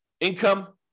Income